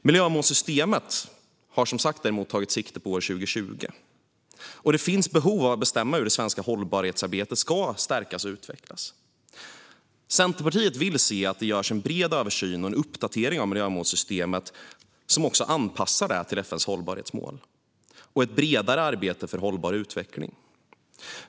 Miljömålssystemet har däremot tagit sikte på år 2020, och det finns behov av att bestämma hur det svenska hållbarhetsarbetet ska stärkas och utvecklas. Centerpartiet vill att det görs en bred översyn och uppdatering av miljömålssystemet och att det anpassas till FN:s hållbarhetsmål och ett bredare arbete för hållbar utveckling.